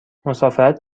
مسافرت